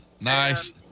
Nice